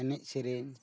ᱮᱱᱮᱡ ᱥᱮᱨᱮᱧ